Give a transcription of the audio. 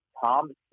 Tom